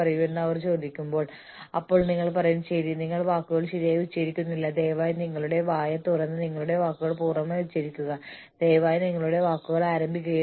plant wide പ്ലാനുകൾക്ക് അനുകൂലമായ ചില വ്യവസ്ഥകൾ ദൃഢമായ വലിപ്പം സാങ്കേതികവിദ്യ ചരിത്രപരമായ പ്രകടനം കോർപ്പറേറ്റ് സംസ്കാരം ഉൽപ്പന്ന വിപണിയുടെ സ്ഥിരത എന്നിവയാണ്